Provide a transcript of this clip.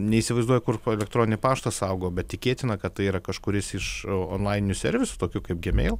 neįsivaizduoju kur elektroninį paštą saugo bet tikėtina kad tai yra kažkuris iš onlaininių servisų tokių kaip gmeil